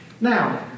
Now